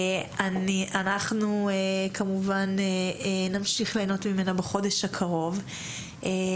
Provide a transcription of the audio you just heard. אנחנו כמובן נמשיך להנות ממנה בחודש הקרוב.